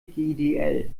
hdgdl